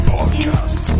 Podcast